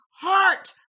heart